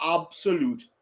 absolute